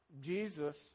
Jesus